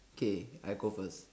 okay I go first